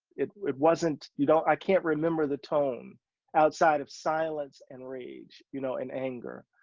it, it wasn't, you know, i can't remember the tone outside of silence and rage you know and anger.